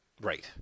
right